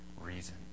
reason